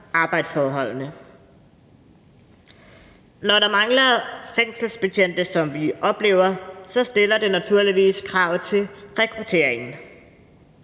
arbejdsforholdene. Når der mangler fængselsbetjente, som vi oplever det, så stiller det naturligvis krav til rekrutteringen,